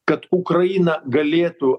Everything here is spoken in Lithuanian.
kad ukraina galėtų